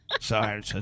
Sorry